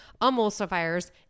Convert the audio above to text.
emulsifiers